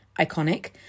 iconic